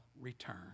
return